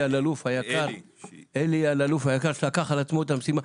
אלאלוף היקר שלקח על עצמו את המשימה.